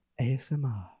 ASMR